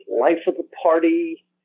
life-of-the-party